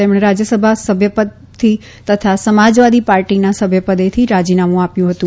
તેમણે રાજયસભા સભ્યપદેથી તથા સમાજવાદી પાર્ટીના સભ્યપદેથી રાજીનામું આપયં હતું